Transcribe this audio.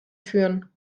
führen